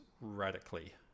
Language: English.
radically